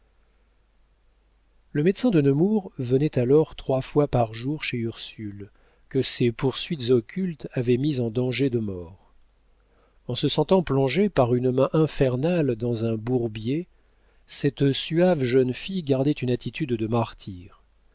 le médecin de nemours venait alors trois fois par jour chez ursule que ces poursuites occultes avaient mise en danger de mort en se sentant plongée par une main infernale dans un bourbier cette suave jeune fille gardait une attitude de martyre